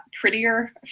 prettier